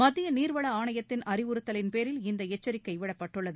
மத்திய நீர்வள ஆணையத்தின் அறிவுறுத்தலின்பேரில் இந்த எச்சிக்கை விடப்பட்டுள்ளது